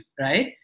right